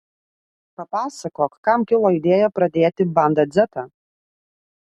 papasakok kam kilo idėja pradėti banda dzetą